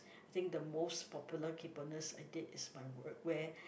I think the most popular kayponess I did is by word where